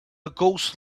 ghost